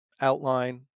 outline